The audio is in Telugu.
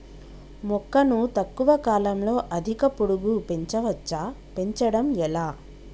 మొక్కను తక్కువ కాలంలో అధిక పొడుగు పెంచవచ్చా పెంచడం ఎలా?